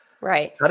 Right